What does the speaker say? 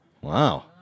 Wow